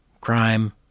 crime